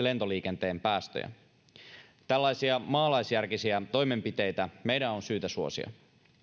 lentoliikenteen päästöjä tällaisia maalaisjärkisiä toimenpiteitä meidän on syytä suosia